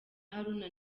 haruna